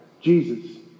Jesus